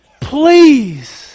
Please